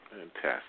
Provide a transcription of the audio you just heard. Fantastic